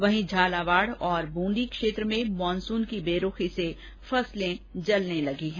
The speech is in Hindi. वहीं झालावाड़ और ब्रूंदी क्षेत्र में मानसून की बेरूखी से फसलें जलने लगी हैं